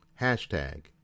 Hashtag